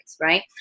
right